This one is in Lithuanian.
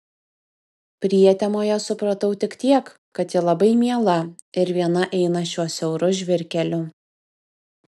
prietemoje supratau tik tiek kad ji labai miela ir viena eina šiuo siauru žvyrkeliu